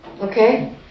Okay